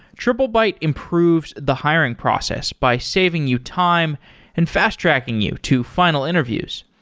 triplebyte improves the hiring process by saving you time and fast-tracking you to final interviews.